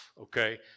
Okay